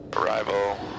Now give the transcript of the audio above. arrival